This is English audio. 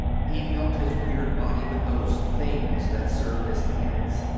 he felt his weird body with those things that served as hands,